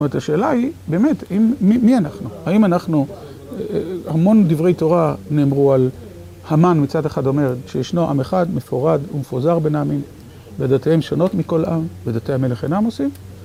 זאת אומרת, השאלה היא, באמת, מי אנחנו? האם אנחנו, המון דברי תורה נאמרו על המן מצד אחד אומר, שישנו עם אחד, מפורד ומפוזר ביו העמים, ודתיהם שונות מכל עם, ודתי המלך אינם עושים?